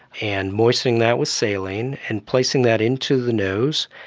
and moistening that with saline and placing that into the nose,